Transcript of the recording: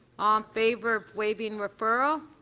um favor of waving referral.